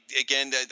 again